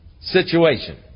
situation